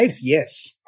yes